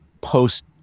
post